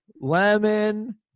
lemon